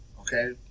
okay